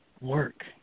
work